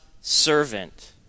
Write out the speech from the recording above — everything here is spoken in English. servant